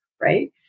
right